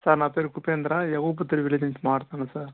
sir నా పేరు Upendra Kuppam village నుంచి మాట్లాడుతున్నాను సార్